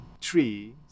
trees